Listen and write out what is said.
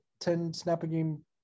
10-snap-a-game